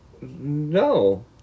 no